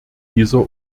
dieser